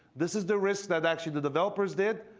this is the risks that actually the developers did,